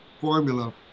formula